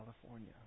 California